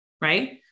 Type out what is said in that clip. Right